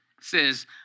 says